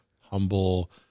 humble